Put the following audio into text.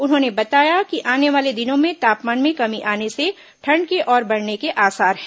उन्होंने बताया कि आने वाले दिनों में तापमान में कमी आने से ठंड के और बढ़ने के आसार हैं